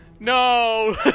No